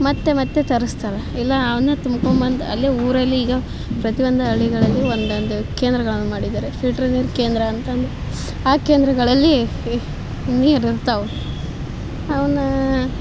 ಮತ್ತೆ ಮತ್ತೆ ತರಿಸ್ತಾವೆ ಇಲ್ಲ ಅವನ್ನ ತುಂಬ್ಕೊಂಡ್ ಬಂದು ಅಲ್ಲೇ ಊರಲ್ಲೀಗ ಪ್ರತೀ ಒಂದು ಹಳ್ಳಿಗಳಲ್ಲಿ ಒಂದೊಂದು ಕೇಂದ್ರಗಳನ್ನು ಮಾಡಿದ್ದಾರೆ ಫಿಲ್ಟ್ರ್ ನೀರು ಕೇಂದ್ರ ಅಂತಂದು ಆ ಕೇಂದ್ರಗಳಲ್ಲಿ ನೀರು ಇರ್ತಾವೆ ಅವನ್ನ